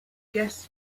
guests